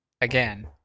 again